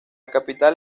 capital